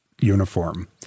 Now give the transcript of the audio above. uniform